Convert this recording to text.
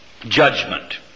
Judgment